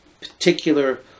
particular